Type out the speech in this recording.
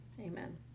amen